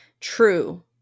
True